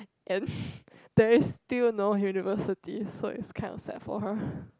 and then still no university so it's kind of sad for her